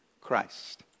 Christ